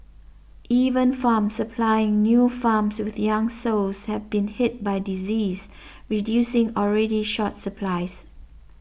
even farms supplying new farms with young sows have been hit by disease reducing already short supplies